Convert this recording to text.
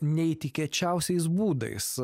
neįtikėčiausiais būdais